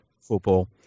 football